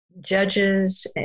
judges